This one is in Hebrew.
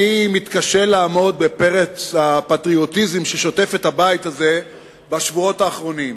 אני מתקשה לעמוד בפרץ הפטריוטיזם ששוטף את הבית הזה בשבועות האחרונים.